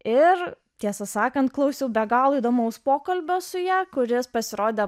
ir tiesą sakant klausiau be galo įdomaus pokalbio su ja kuris pasirodė